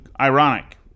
ironic